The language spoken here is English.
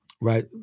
right